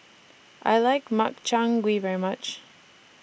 I like Makchang Gui very much